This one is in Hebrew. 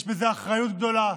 יש בזה אחריות גדולה.